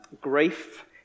grief